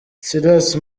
silas